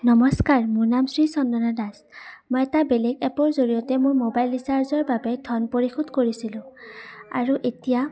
নমস্কাৰ মোৰ নাম শ্ৰী চন্দনা দাস মই এটা বেলেগ এপৰ জৰিয়তে মোৰ মোবাইল ৰিচাৰ্জৰ বাবে ধন পৰিশোধ কৰিছিলোঁ আৰু এতিয়া